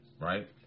right